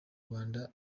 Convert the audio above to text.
rwanda